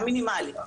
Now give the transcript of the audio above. המינימלי.